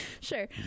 sure